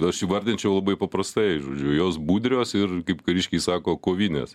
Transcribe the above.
aš įvardinčiau labai paprastai žodžiu jos budrios ir kaip kariškiai sako kovinės